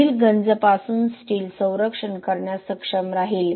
पुढील गंज पासून स्टील संरक्षण करण्यास सक्षम राहील